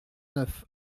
neuf